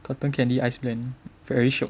cotton candy ice blend very shiok